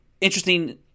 interesting